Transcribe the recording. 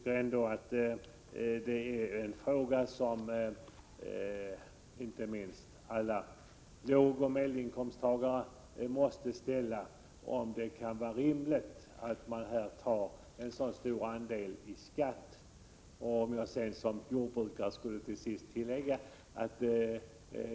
En fråga som jag tycker att inte minst alla låginkomsttagare måste ställa är om det kan vara rimligt att ta en så stor andel avinkomsten i skatt.